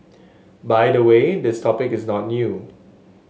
by the way this topic is not new